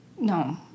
No